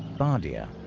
bardia,